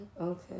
Okay